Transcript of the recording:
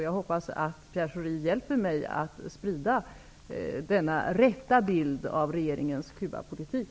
Jag hoppas att Pierre Schori hjälper mig att sprida denna rätta bild av regeringens Cubapolitik.